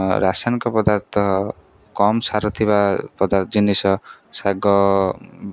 ରାସାୟନିକ ପଦାର୍ଥ କମ୍ ସାର ଥିବା ପଦାର୍ ଜିନିଷ ଶାଗ